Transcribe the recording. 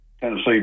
Tennessee